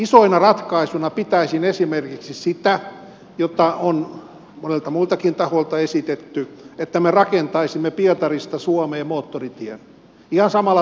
isona ratkaisuna pitäisin esimerkiksi sitä jota on monelta muultakin taholta esitetty että me rakentaisimme pietarista suomeen moottoritien ihan samalla tavoin kuin oikorata